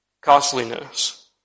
costliness